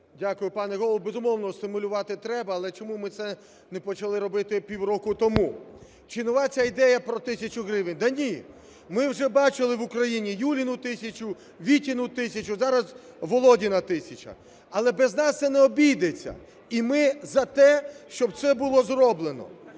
Дякую, пане Голово. Безумовно, стимулювати треба, але чому ми це не почали робити пів року тому? Чи нова ця ідея про тисячу гривень? Та ні, ми вже бачили в Україні "Юліну тисячу", "Вітіну тисячу", зараз "Володіна тисяча". Але без нас це не обійдеться, і ми за те, щоб це було зроблено.